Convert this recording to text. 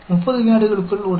नहीं प्रोबेबिलिटी नहीं बढ़ेगी